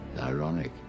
ironic